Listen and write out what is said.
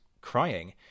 crying